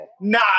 nah